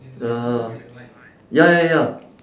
uh ya ya ya